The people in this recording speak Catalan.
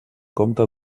compte